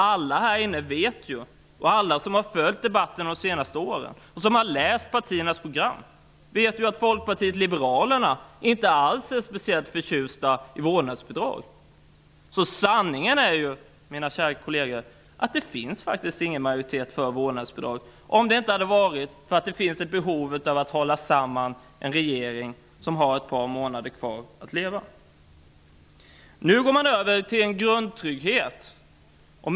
Alla här inne som följt debatten de senaste åren och som har läst partiernas program vet ju att Folkpartiet liberalerna inte alls är speciellt för ett vårdnadsbidrag. Så sanningen, mina kära kolleger, är att det faktiskt inte finns någon majoritet för vårdnadsbidrag, om det inte hade varit för att det finns ett behov av att hålla samman en regering som har ett par månader kvar att leva. Nu går man över till en grundtrygghet.